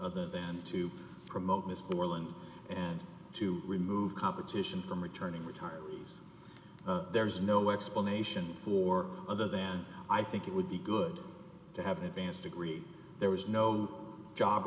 other than to promote ms poorly and to remove competition from returning retired is there's no explanation for other than i think it would be good to have advanced degree there was no job